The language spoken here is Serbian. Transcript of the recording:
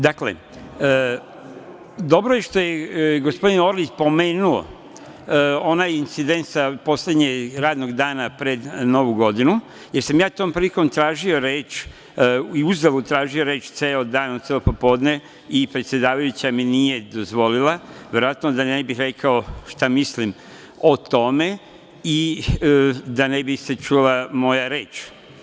Dakle, dobro je što je gospodin Orlić spomenuo onaj incident sa poslednjeg radnog dana pred Novu godinu, jer sam ja tom prilikom tražio reč i uzalud tražio reč ceo dan, celo popodne i predsedavajuća mi nije dozvolila verovatno da ne bih rekao šta mislim o tome i da ne bi se čula moja reč.